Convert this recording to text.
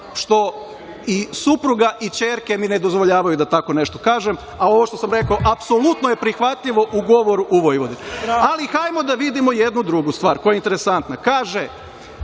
i supruga i ćerke mi ne dozvoljavaju da tako nešto kažem, a ovo što sam rekao apsolutno je prihvatljivo u govoru u Vojvodini. Ali, hajmo da vidimo jednu drugu stvar koja je interesantna. Kaže